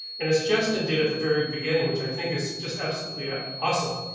and it's justin did at the very beginning, which i think is just absolutely ah awesome.